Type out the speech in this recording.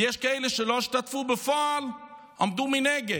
ויש כאלה שלא השתתפו בפועל, עמדו מנגד,